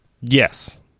Yes